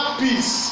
peace